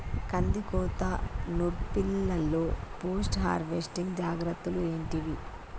కందికోత నుర్పిల్లలో post harvesting జాగ్రత్తలు ఏంటివి?